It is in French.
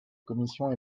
commission